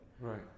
Right